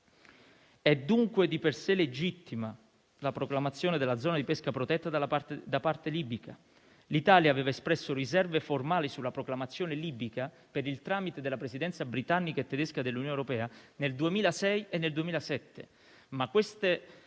È dunque di per sé legittima la proclamazione della zona di pesca protetta da parte libica. L'Italia aveva espresso riserve formali sulla proclamazione libica, per il tramite della Presidenza britannica e tedesca dell'Unione europea, nel 2006 e nel 2007;